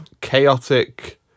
chaotic